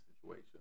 situation